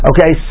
Okay